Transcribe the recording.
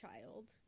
child